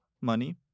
Money